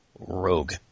Rogue